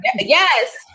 Yes